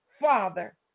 Father